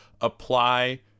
apply